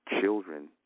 Children